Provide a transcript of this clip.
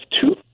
two